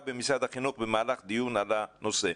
במשרד החינוך במהלך דיון על הנושא.